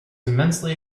immensely